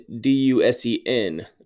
D-U-S-E-N